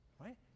right